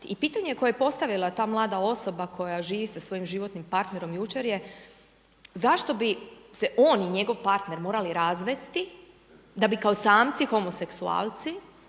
I pitanje koje je postavila ta mlada osoba koja živi sa svojim životnim partnerom, jučer je, zašto bi se oni i njegov partner morali razvesti da bi kao samci homoseksualci